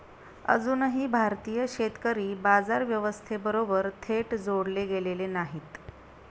अजूनही भारतीय शेतकरी बाजार व्यवस्थेबरोबर थेट जोडले गेलेले नाहीत